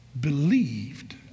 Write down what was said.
believed